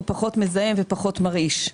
הוא פחות מזהם ופחות מרעיש.